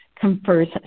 confers